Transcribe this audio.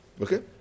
Okay